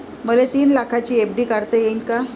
मले तीन लाखाची एफ.डी काढता येईन का?